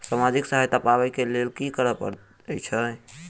सामाजिक सहायता पाबै केँ लेल की करऽ पड़तै छी?